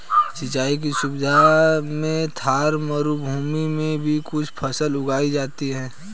सिंचाई की सुविधा से थार मरूभूमि में भी कुछ फसल उगाई जाती हैं